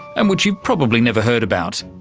and which you've probably never heard about.